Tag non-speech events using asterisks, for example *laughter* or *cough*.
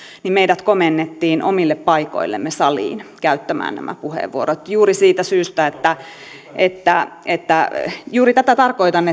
niin meidät komennettiin omille paikoillemme saliin käyttämään nämä puheenvuorot juuri siitä syystä että että juuri tätä tarkoitan *unintelligible*